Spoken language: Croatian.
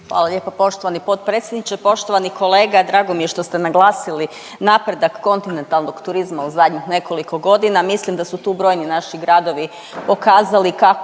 Hvala lijepo poštovani potpredsjedniče. Poštovani kolega, drago mi je što ste naglasili napredak kontinentalnog turizma u zadnjih nekoliko godina, mislim da su tu brojni naši gradovi pokazali kako